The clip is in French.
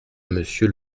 monsieur